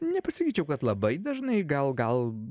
nepasakyčiau kad labai dažnai gal gal